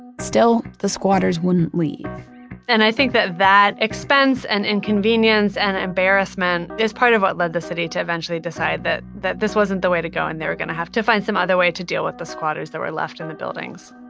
still, the squatters wouldn't leave and i think that that expense and inconvenience and embarrassment is part of what led the city to eventually decide that that this wasn't the way to go and they were going to have to find some other way to deal with the squatters that were left in the buildings